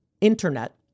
internet